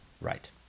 Right